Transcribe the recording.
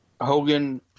Hogan